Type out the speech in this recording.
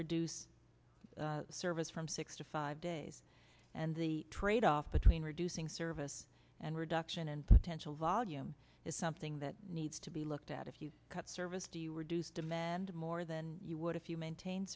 reduce service from six to five days and the tradeoff between reducing service and reduction in potential volume is something that needs to be looked at if you cut service do you reduce demand more than you would if you maintain